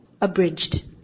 abridged